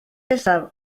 nesaf